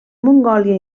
mongòlia